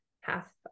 half